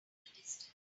distance